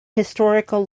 historical